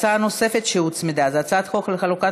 הצעה נוספת שהוצמדה היא הצעת חוק לחלוקת